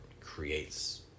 creates